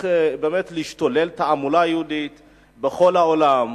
ממשיכה להשתולל, תעמולה בכל העולם.